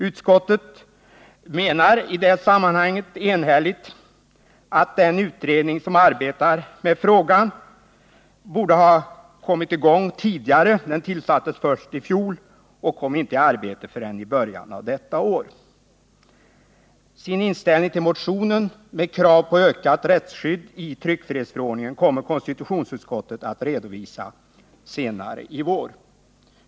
Utskottet menar i detta sammanhang enhälligt att den utredning som arbetar med frågan borde ha kommit i gång tidigare. Den tillsattes först i fjol och kom inte i arbete förrän i början av detta år. Sin inställning till motionen med krav på ökat rättsskydd i tryckfrihetsförordningen kommer konstitutionsutskottet att redovisa senare i vår.